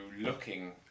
looking